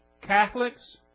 Catholics